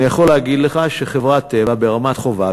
אני יכול להגיד לך שחברת "טבע" ברמת-חובב,